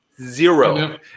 zero